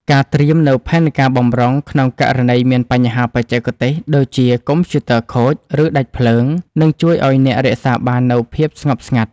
ការត្រៀមនូវផែនការបម្រុង ក្នុងករណីមានបញ្ហាបច្ចេកទេស ដូចជាកុំព្យូទ័រខូច ឬដាច់ភ្លើង នឹងជួយឱ្យអ្នករក្សាបាននូវភាពស្ងប់ស្ងាត់។